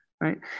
right